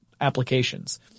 applications